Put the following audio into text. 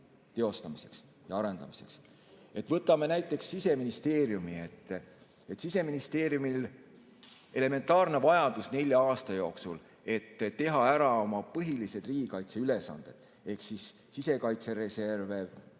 teostamiseks ja arendamiseks. Võtame näiteks Siseministeeriumi. Siseministeeriumi elementaarne vajadus nelja aasta jooksul, et täita oma põhilisi riigikaitseülesandeid – sisekaitse reserv,